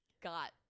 got